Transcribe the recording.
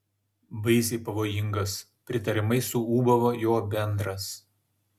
baisiai pavojingas pritariamai suūbavo jo bendras